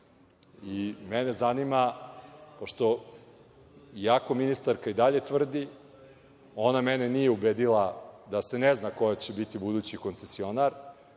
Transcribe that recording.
zanima, iako ministarka i dalje tvrdi, ona mene nije ubedila da se ne zna ko će biti budući koncesionar.